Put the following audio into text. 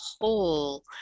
whole